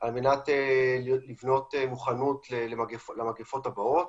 על מנת לבנות מוכנות למגפות הבאות,